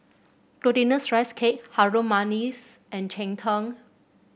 Glutinous Rice Cake Harum Manis and Cheng Tng